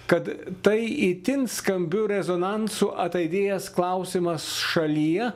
kad tai itin skambiu rezonansu ateities klausimas šalyje